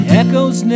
echoes